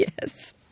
Yes